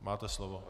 Máte slovo.